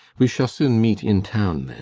we shall soon meet in town, then.